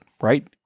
right